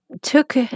took